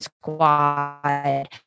squad